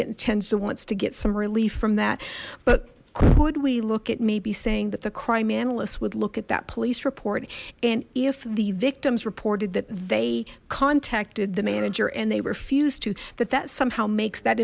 tensa wants to get some relief from that but could we look at maybe saying that the crime analysts would look at that police report and if the victims reported that they contacted the manager and they refused to that that somehow makes that